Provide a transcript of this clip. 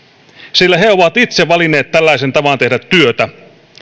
sillä he ovat itse valinneet tällaisen tavan tehdä työtä